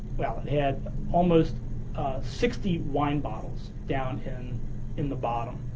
well, it had almost sixty wine bottles down in in the bottom.